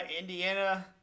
Indiana